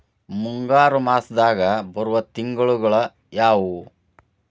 ಮುಂಗಾರು ಮಾಸದಾಗ ಬರುವ ತಿಂಗಳುಗಳ ಯಾವವು?